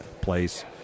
place